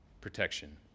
protection